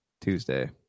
Tuesday